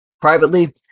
Privately